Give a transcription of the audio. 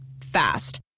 Fast